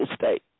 state